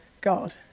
God